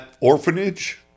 orphanage